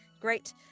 Great